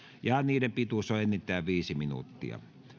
ja niiden pituus on enintään viisi minuuttia